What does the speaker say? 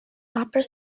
opera